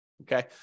Okay